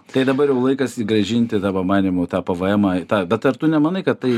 tai dabar jau laikas grąžinti tavo manymu tą pvmą bet ar tu nemanai kad tai